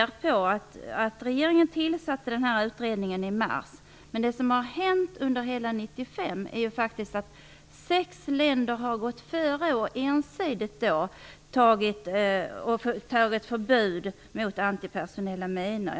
Regeringen tillsatte den här utredningen i mars. Det som har hänt under hela 1995 är att sex länder har gått före och ensidigt antagit förbud mot antipersonella minor.